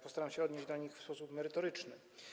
Postaram się odnieść do nich w sposób merytoryczny.